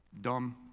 dumb